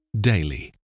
daily